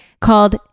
called